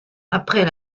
après